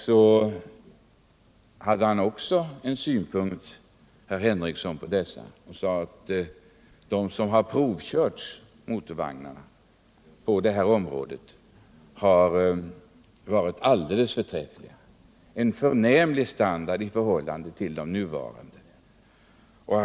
Sven Henricsson hade också synpunkter på dem. Han sade att de motorvagnar som provkörts har varit alldeles förträffliga och att de har en förnämlig standard i förhållande till de nuvarande vagnarna.